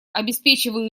обеспечиваю